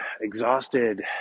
exhausted